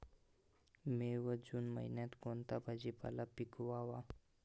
मे व जून महिन्यात कोणता भाजीपाला पिकवावा?